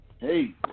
Hey